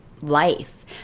life